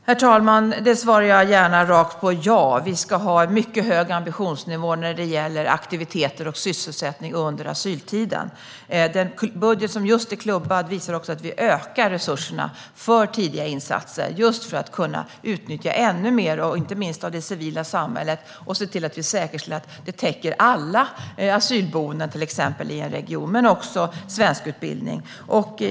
Herr talman! Det ger jag gärna ett rakt svar på: Ja, vi ska ha en mycket hög ambitionsnivå när det gäller aktiviteter och sysselsättning under asyltiden. Den budget som nyligen har klubbats visar att vi ökar resurserna för tidiga insatser för att kunna utnyttja inte minst det civila samhället ännu mer och se till att alla asylboenden i en region täcks. Det gäller också svenskutbildning.